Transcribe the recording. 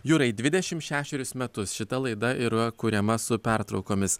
jurai dvidešimt šešerius metus šita laida yra kuriama su pertraukomis